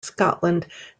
scotland